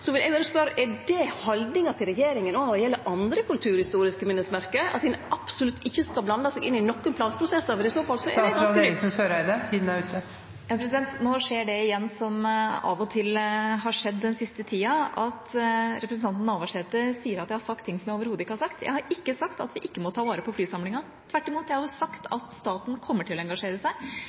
Så eg vil berre spørje: Er det haldninga til regjeringa òg når det gjeld andre kulturhistoriske minnesmerke, at ein absolutt ikkje skal blande seg inn i nokon planprosessar? I så fall er det … Tiden er ute – statsråd Eriksen Søreide, vær så god. Nå skjer det igjen – det som av og til har skjedd den siste tida – at representanten Navarsete sier at jeg har sagt ting som jeg overhodet ikke har sagt. Jeg har ikke sagt at vi ikke må ta vare på flysamlingen. Tvert imot, jeg har sagt at staten kommer til å engasjere seg.